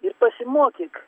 ir pasimokyk